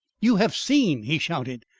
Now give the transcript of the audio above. you have seen! he shouted.